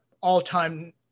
all-time